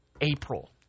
April